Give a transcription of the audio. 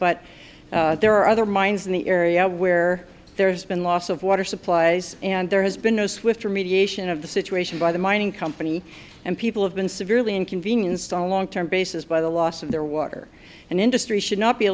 but there are other mines in the area where there has been loss of water supplies and there has been no swift remediation of the situation by the mining company and people have been severely inconvenienced on a long term basis by the loss of their water and industry should not be